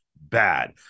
bad